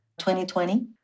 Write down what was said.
2020